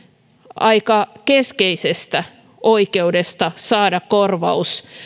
aika keskeisestä oikeudesta saada korvaus